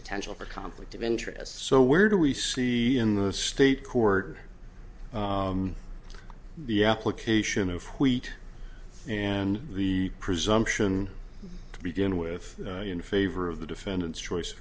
potential for conflict of interest so where do we see in the state court the application of wheat and the presumption to begin with in favor of the defendants choice